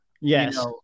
yes